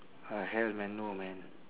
I have man no man